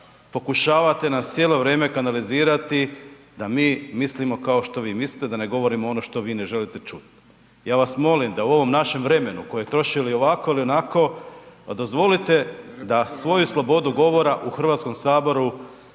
pokušavate nas cijelo vrijeme kanalizirati da mi mislimo kao što vi mislite, da ne govorimo ono što vi ne želite čut, ja vas molim da u ovom našem vremenu koje trošili ovako ili onako dozvolite da svoju slobodu govora u HS ispoljimo,